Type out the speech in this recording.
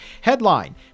Headline